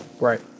Right